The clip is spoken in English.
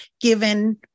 given